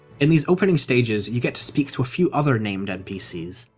in these opening stages, you get to speak to a few other named npcs,